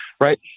right